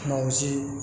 माउजि